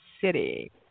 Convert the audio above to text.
City